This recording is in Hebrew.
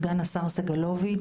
סגן השר סגלוביץ',